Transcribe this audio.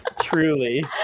Truly